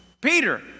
Peter